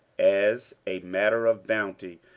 as a matter of bounty,